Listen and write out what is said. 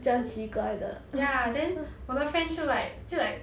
ya then 我的 friend 就 like 就 like